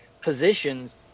positions